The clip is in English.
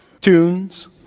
tunes